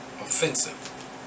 offensive